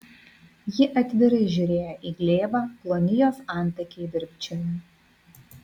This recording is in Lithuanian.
ji atvirai žiūrėjo į glėbą ploni jos antakiai virpčiojo